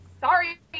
Sorry